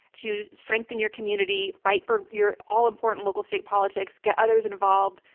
to strengthen your community, fight for your all-important local state politics, get others involved,